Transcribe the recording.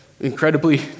incredibly